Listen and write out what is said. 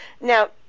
now